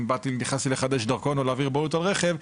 אם נכנסתי לחדש דרכון או להעביר בעלות על רכב,